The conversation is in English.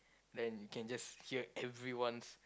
then you can just hear everyone's